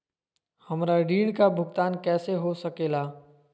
हमरा ऋण का भुगतान कैसे हो सके ला?